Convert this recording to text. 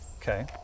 Okay